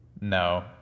No